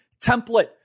template